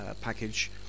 package